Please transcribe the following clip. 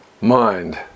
mind